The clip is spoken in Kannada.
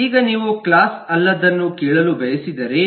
ಈಗ ನೀವು ಕ್ಲಾಸ್ ಅಲ್ಲದ್ದನ್ನು ಕೇಳಲು ಬಯಸಿದರೆ